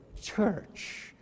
church